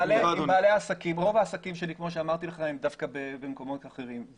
רוב העסקים שלי כמו שאמרתי לך הם דווקא במקומות אחרים.